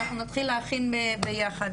אנחנו נתחיל להכין ביחד,